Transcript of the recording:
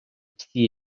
всі